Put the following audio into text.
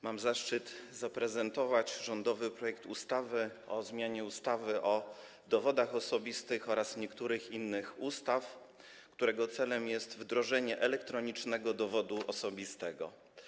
Mam zaszczyt zaprezentować rządowy projekt ustawy o zmianie ustawy o dowodach osobistych oraz niektórych innych ustaw, którego celem jest wdrożenie elektronicznego dowodu osobistego.